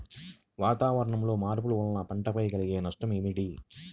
వాతావరణంలో మార్పుల వలన పంటలపై కలిగే నష్టం ఏమిటీ?